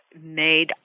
made